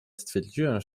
stwierdziłem